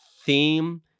theme